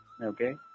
okay